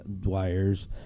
Dwyer's